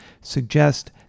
suggest